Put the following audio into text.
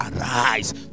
arise